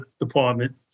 department